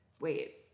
Wait